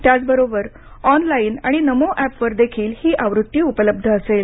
त्याचबरोबर ऑनलाईन आणि नमो एपवर देखील ही आवृत्ती उपलब्ध असेल